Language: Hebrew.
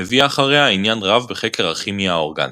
הביאה אחריה עניין רב בחקר הכימיה האורגנית.